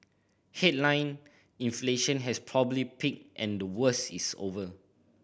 headline inflation has probably peaked and the worst is over